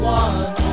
one